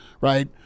right